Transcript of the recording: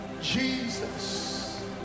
Jesus